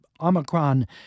Omicron